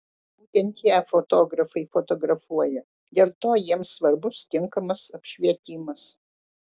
būtent ją fotografai fotografuoja dėl to jiems svarbus tinkamas apšvietimas